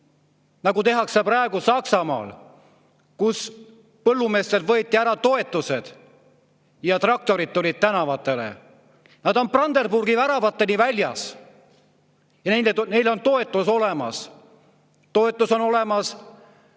nagu tehakse praegu Saksamaal, kus põllumeestelt võeti ära toetused ja traktorid tulid tänavatele. Nad on Brandenburgi väravateni väljas ja neil on toetus olemas. Toetus on olemas